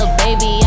baby